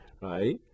right